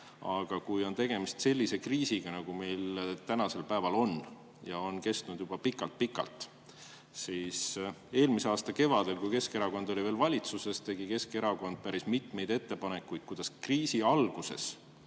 on meil tegemist sellise kriisiga, mis on kestnud juba pikalt-pikalt. Eelmise aasta kevadel, kui Keskerakond oli veel valitsuses, tegi Keskerakond päris mitmeid ettepanekuid, kuidas kriisi alguses